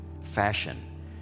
fashion